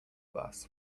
bus